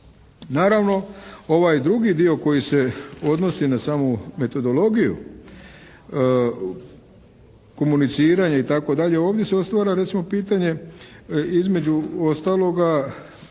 Naravno, ovaj drugi dio koji se odnosi na samu metodologiju komuniciranja itd. ovdje se otvara recimo pitanje između ostaloga